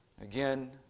Again